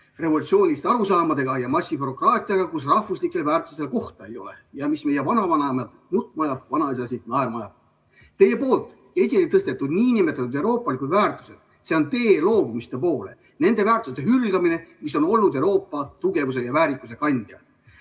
revolutsiooniliste arusaamadega ja massibürokraatiaga, kus rahvuslikele väärtustele kohta ei ole ja mis meie vanaemasid nutma ja vanaisasid naerma ajab. Teie poolt esile tõstetud nn euroopalikud väärtused – see on tee loobumiste poole, nende väärtuste hülgamine, mis on olnud Euroopa tugevuse ja väärikuse kandjad. Hea